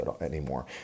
anymore